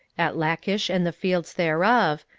at lachish, and the fields thereof,